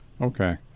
Okay